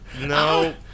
No